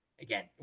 Again